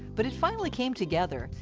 but it finally came together,